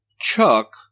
Chuck